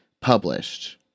published